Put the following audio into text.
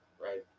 right